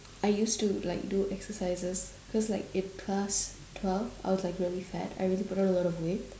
I used to like do exercises because like in class twelve I was really fat I used to put on a lot of weight